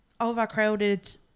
overcrowded